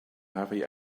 heavy